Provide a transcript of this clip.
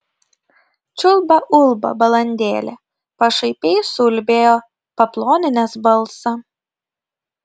čiulba ulba balandėlė pašaipiai suulbėjo paploninęs balsą